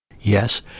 Yes